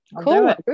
Cool